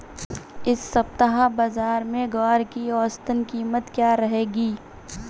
इस सप्ताह बाज़ार में ग्वार की औसतन कीमत क्या रहेगी?